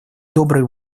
доброй